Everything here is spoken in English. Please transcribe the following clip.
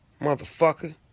Motherfucker